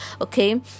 okay